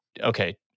Okay